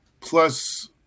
plus